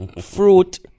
fruit